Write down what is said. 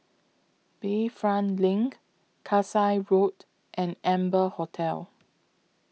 Bayfront LINK Kasai Road and Amber Hotel